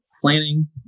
planning